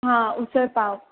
हां उसळ पाव